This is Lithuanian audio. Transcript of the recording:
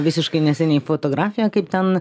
visiškai neseniai fotografiją kaip ten